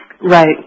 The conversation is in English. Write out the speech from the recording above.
Right